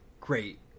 great